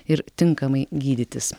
ir tinkamai gydytis